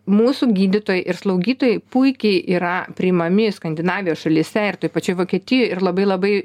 mūsų gydytojai ir slaugytojai puikiai yra priimami skandinavijos šalyse ir toj pačioj vokietijoj ir labai labai